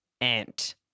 ant